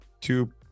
two